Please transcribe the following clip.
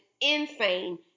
insane